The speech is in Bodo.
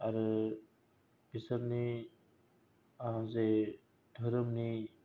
आरो बिसोरनि जे धोरोमनि